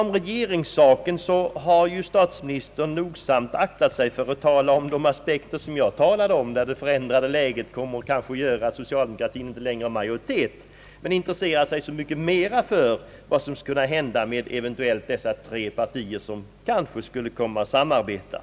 I regeringsfrågan har statsministern nogsamt aktat sig för att tala om de aspekter som jag talade om. Jag menade att det förändrade läget kanske kommer att medföra att socialdemokratin inte längre får majoritet. Statsministern intresserar sig så mycket mera för vad som skulle kunna hända med dessa tre partier, som eventuellt skulle komma att samarbeta.